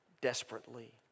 desperately